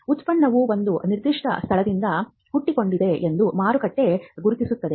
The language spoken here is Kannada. ಉತ್ಪನ್ನವು ಒಂದು ನಿರ್ದಿಷ್ಟ ಸ್ಥಳದಿಂದ ಹುಟ್ಟಿಕೊಂಡಿದೆ ಎಂದು ಮಾರುಕಟ್ಟೆ ಗುರುತಿಸುತ್ತದೆ